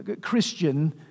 Christian